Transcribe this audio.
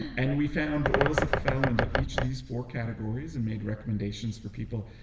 and we found oils that fell into each of these four categories and made recommendations for people.